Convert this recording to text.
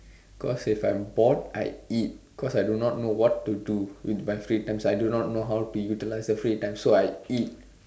cause if I'm bored I eat cause I do not know what to do with my free time so I do not know how to utilize the free time so I eat